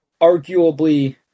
arguably